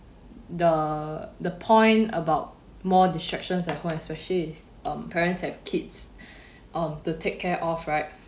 the the point about more distractions at home especially is um parents have kids um to take care of right